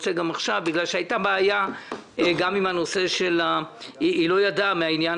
הייתה בעיה שהיא לא ידעה מהעניין